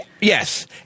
Yes